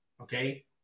okay